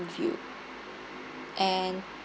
view and